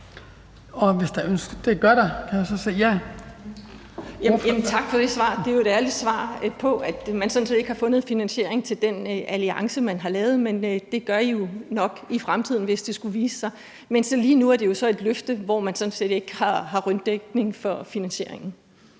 Ønskes der anden korte bemærkning? Ja. Kl. 17:26 Heidi Bank (V): Tak for det svar. Det er jo et ærligt svar om, at man sådan set ikke har fundet finansiering til den alliance, man har lavet. Men det gør I jo nok i fremtiden, hvis det skulle vise sig at ske. Men lige nu er det jo så et løfte, hvor man sådan set ikke har rygdækning for finansieringen.